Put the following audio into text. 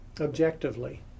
objectively